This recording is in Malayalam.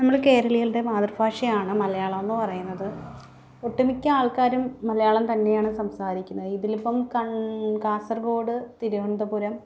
നമ്മൾ കേരളീയരുടെ മാതൃഭാഷയാണ് മലയാളം എന്ന് പറയുന്നത് ഒട്ടുമിക്ക ആൾക്കാരും മലയാളം തന്നെയാണ് സംസാരിക്കുന്നത് ഇതിലിപ്പം കൺ കാസർഗോഡ് തിരുവനന്തപുരം